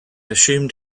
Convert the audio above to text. assumed